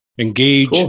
engage